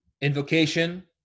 Invocation